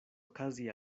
okazi